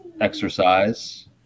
exercise